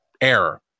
error